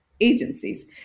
agencies